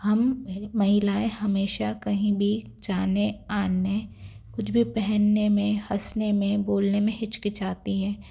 हम महिलाएं हमेशा कहीं भी जाने आने कुछ भी पहनने में हँसने में बोलने में हिचकिचाती है